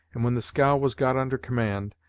and when the scow was got under command,